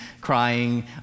crying